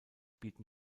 bieten